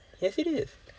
yes it is